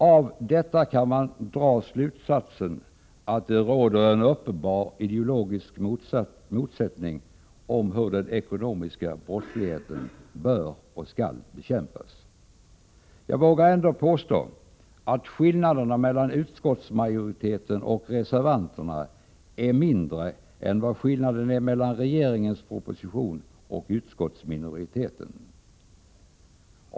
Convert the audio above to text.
Av detta kan man dra slutsatsen att det råder en uppenbar ideologisk motsättning om hur den ekonomiska brottsligheten bör och skall bekämpas. Jag vågar påstå att skillnaderna mellan utskottsmajori teten och reservanterna är mindre än vad skillnaden är mellan regeringens proposition och utskottsminoritetens skrivningar.